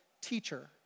teacher